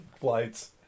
flights